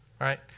right